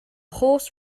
horse